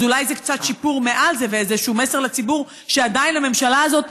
אז אולי זה קצת שיפור מעל זה ואיזשהו מסר לציבור שעדיין הממשלה הזאת,